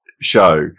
show